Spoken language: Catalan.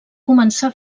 començà